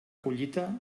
collita